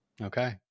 okay